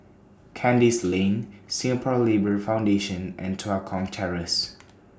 Kandis Lane Singapore Labour Foundation and Tua Kong Terrace